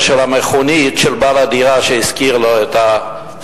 המכונית של בעל הדירה שהשכיר את החניון.